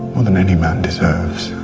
more than any man deserves.